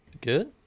good